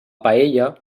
paella